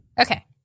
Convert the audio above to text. okay